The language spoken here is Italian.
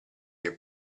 che